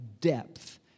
depth